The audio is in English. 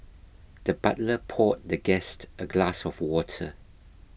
the butler poured the guest a glass of water